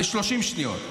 30 שניות,